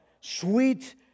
sweet